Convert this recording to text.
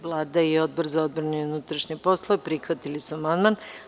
Vlada i Odbor za odbranu i unutrašnje poslove prihvatili su amandman.